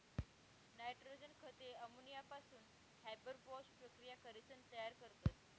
nitrogen खते अमोनियापासून Haber Bosch प्रकिया करीसन तयार करतस